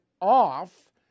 off